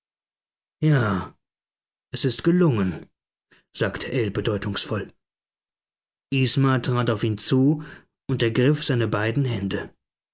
ja es ist gelungen sagte ell bedeutungsvoll isma trat auf ihn zu und ergriff seine beiden hände